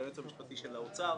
היועץ המשפטי של האוצר,